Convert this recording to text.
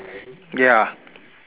ya